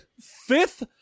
fifth